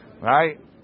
Right